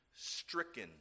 Stricken